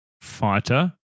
Fighter